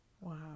Wow